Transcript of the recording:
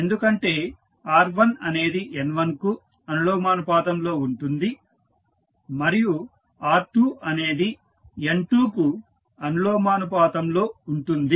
ఎందుకంటే r1 అనేది N1కు అనులోమానుపాతంలో ఉంటుంది మరియు r2 అనేది N2 కు అనులోమానుపాతంలో ఉంటుంది